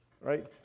right